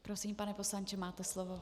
Prosím, pane poslanče, máte slovo.